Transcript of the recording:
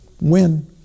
win